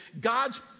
God's